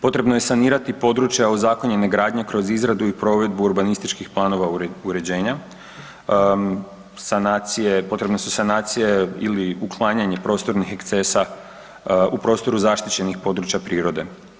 Potrebno je sanirati područja ozakonjene radnje kroz izradu i provedbu urbanističkih planova uređenja, potrebne su sanacije ili uklanjanje prostornih ekscesa u prostoru zaštićenih područja prirode.